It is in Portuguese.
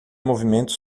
movimento